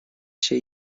się